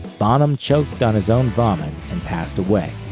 bonham choked on his own vomit and passed away.